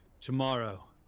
Tomorrow